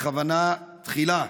בכוונה תחילה.